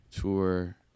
tour